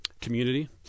community